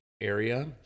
area